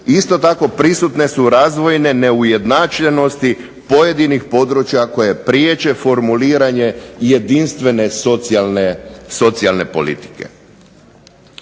isto tako prisutne su razvojne neujednačenosti pojedinih područja koje priječe formuliranje jedinstvene socijalne politike.